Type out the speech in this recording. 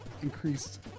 increased